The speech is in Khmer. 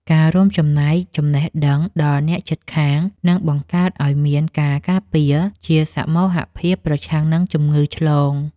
ការរួមចំណែកចំណេះដឹងដល់អ្នកជិតខាងនឹងបង្កើតឱ្យមានការការពារជាសមូហភាពប្រឆាំងនឹងជំងឺឆ្លង។